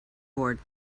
board